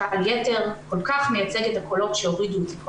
קטנות שלחלקכם ייראו כל כך ברורות מאליהן,